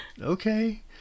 okay